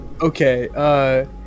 Okay